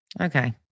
Okay